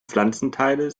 pflanzenteile